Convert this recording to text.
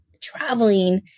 traveling